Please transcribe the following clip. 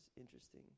interesting